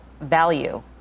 value